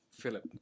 Philip